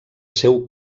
seu